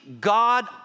God